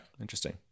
interesting